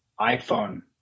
iPhone